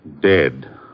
Dead